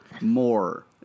more